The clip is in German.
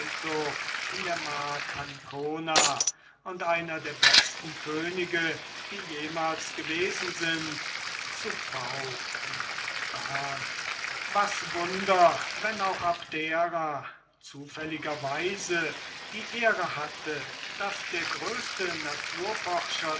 in der mark ancona und einer der besten könige die jemals gewesen sind zu pau in bearn was wunder wenn auch abdera zufälliger weise die ehre hatte daß der größte naturforscher